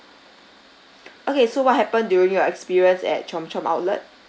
okay so what happened during your experience at chomp chomp outlet